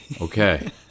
Okay